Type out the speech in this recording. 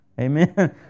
Amen